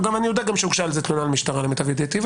ואני יודע שגם הוגשה על זה תלונה למשטרה לפי מיטב ידיעתי,